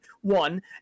One